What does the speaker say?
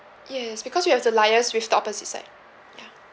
yes because we have to liaise with the opposite side ya